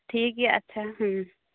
ᱴᱷᱤᱠ ᱜᱮᱭᱟ ᱟᱪᱪᱷᱟ